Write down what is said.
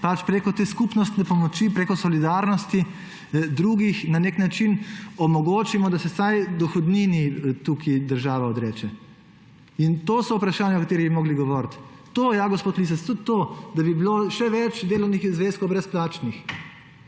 preko te skupnostne pomoči, preko solidarnosti drugih na nek način omogočimo, da se vsaj dohodnini tukaj država odreče. In to so vprašanja, o katerih bi morali govoriti. To, ja, gospod Lisec, tudi to, da bi bilo še več delovnih zvezkov brezplačnih,